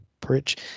Bridge